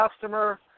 customer